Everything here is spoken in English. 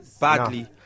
badly